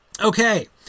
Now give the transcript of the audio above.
Okay